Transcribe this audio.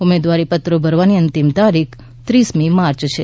ઉમેદવારીપત્રો ભરવાની અંતિમ તારીખ ત્રીસમી માર્ચ છે